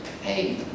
Hey